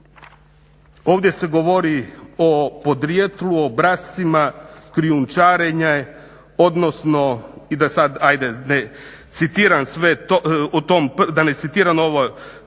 ovdje se govori o podrijetlu, obrascima, krijumčarenje odnosno i da sad ajde ne citiram sve